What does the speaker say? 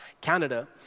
Canada